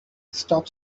stop